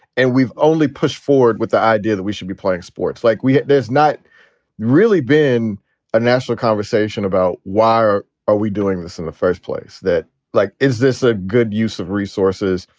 and we've only pushed forward with the idea that we should be playing sports like we there's not really been a national conversation about why are are we doing this in the first place that like, is this a good use of resources?